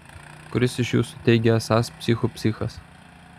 kuris iš jūsų teigia esąs psichų psichas